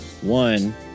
one